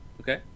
Okay